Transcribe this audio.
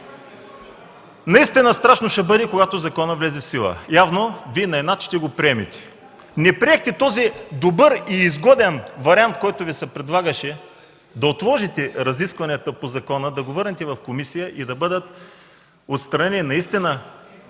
Наистина страшно ще бъде, когато законът влезе в сила. Явно Вие на инат ще го приемете. Не приехте добрия и изгоден вариант, който Ви се предлагаше – да отложите разискванията по закона, да го върнете в комисията и наистина да бъдат отстранени толкова